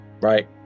right